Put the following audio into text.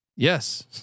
Yes